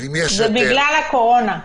זה בגלל הקורונה.